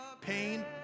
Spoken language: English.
pain